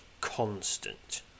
constant